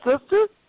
sisters